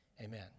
Amen